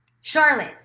Charlotte